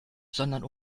sondern